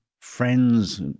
friends